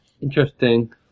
Interesting